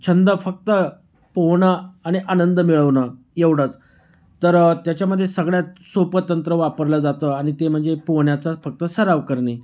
छंद फक्त पोहणं आणि आनंद मिळवणं एवढंच तर त्याच्यामध्ये सगळ्यात सोपं तंत्र वापरलं जातं आणि ते म्हणजे पोहण्याचा फक्त सराव करणे